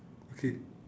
okay